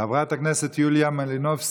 חברת הכנסת יוליה מלינובסקי,